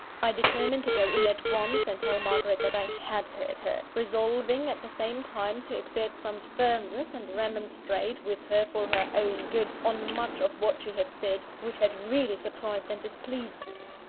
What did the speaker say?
i determined to go in at once, and tell margaret that i had heard her resolving, at the same time, to exert some firmness, and remonstrate with her, for her own good, on much of what she had said, which had really surprised and displeased me.